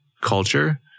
culture